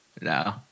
No